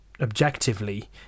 objectively